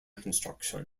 construction